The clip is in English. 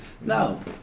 No